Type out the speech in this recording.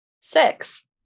six